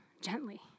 Gently